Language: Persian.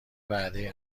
وعده